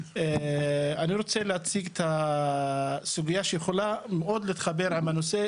אני רוצה להציג את הסוגיה שיכולה מאוד להתחבר עם הנושא,